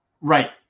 Right